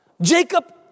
Jacob